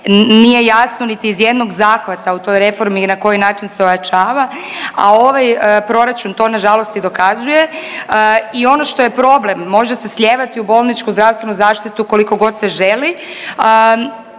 nije jasno niti iz jednog zahvata u toj reformi na koji način se ojačava, a ovaj proračun to nažalost i dokazuje. I ono što je problem može se slijevati u bolničku zdravstvenu zaštitu kolikogod se želi